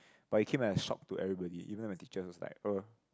but it came like a shock to everybody even my teachers also like uh